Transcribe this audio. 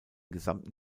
gesamten